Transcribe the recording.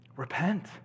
Repent